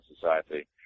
society